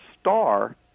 star